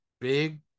big